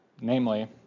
namely